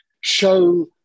show